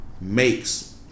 makes